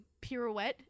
pirouette